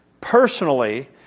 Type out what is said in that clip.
personally